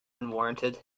unwarranted